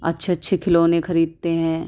اچھے اچھے کھلونے خریدتے ہیں